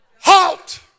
Halt